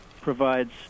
provides